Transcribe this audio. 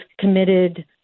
committed